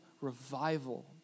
revival